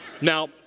Now